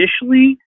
initially